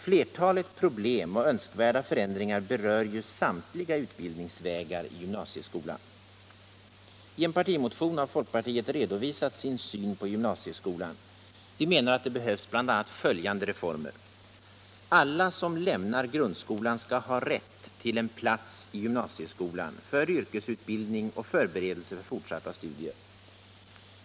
Flertalet problem och önskvärda förändringar berör ju samtliga utbildningsvägar i gymnasieskolan. I en partimotion har folkpartiet redovisat sin syn på gymnasieskolan. Vi menar att det behövs bl.a. följande reformer: Alla som lämnar grundskolan skall ha rätt till en plats i gymnasieskolan för yrkesutbildning och förberedelse för fortsatta studier.